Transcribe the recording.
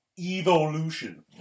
Evolution